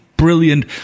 Brilliant